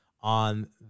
on